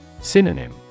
Synonym